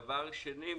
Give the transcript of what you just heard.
דבר שני,